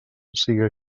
siga